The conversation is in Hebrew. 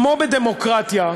כמו בדמוקרטיה,